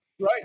Right